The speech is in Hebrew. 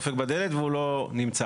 דופק בבית והוא לא נמצא.